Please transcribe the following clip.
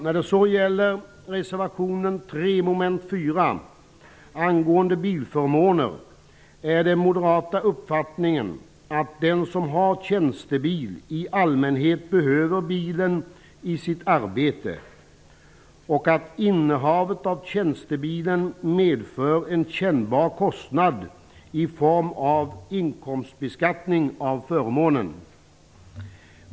När det gäller reservationen 3 beträffande mom. 4 angående bilförmåner är den moderata uppfattningen, att den som har tjänstebil i allmänhet behöver bilen i sitt arbete och att innehavet av tjänstebilen medför en kännbar kostnad i form av inkomstbeskattning av förmånen.